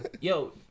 Yo